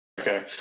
Okay